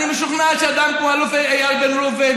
אני משוכנע שאדם כמו האלוף איל בן ראובן